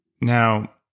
Now